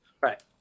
right